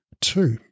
Two